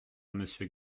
monsieur